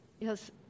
Yes